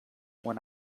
when